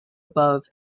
above